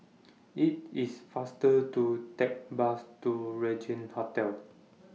IT IS faster to Take Bus to Regin Hotel